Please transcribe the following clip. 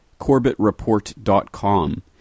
corbettreport.com